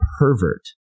pervert